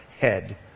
head